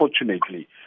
Unfortunately